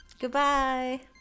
Goodbye